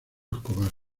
escobar